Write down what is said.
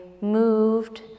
moved